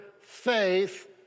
faith